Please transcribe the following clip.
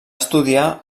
estudiar